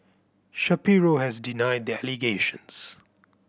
Shapiro has denied the allegations